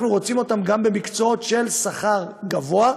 אנחנו רוצים אותם גם במקצועות של שכר גבוה,